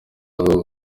azwiho